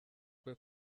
kwe